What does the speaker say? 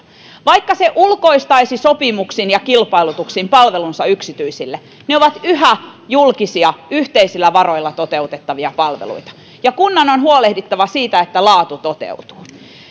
vaikka se ulkoistaisi sopimuksin ja kilpailutuksin palvelunsa yksityisille ne ovat yhä julkisia yhteisillä varoilla toteutettavia palveluita ja kunnan on huolehdittava siitä että laatu toteutuu